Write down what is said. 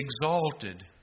exalted